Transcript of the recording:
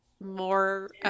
more